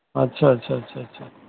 ᱟᱪᱪᱷᱟ ᱟᱪᱪᱷᱟ ᱟᱪᱪᱷᱟ ᱟᱪᱪᱷᱟ